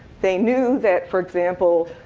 they knew that, for example,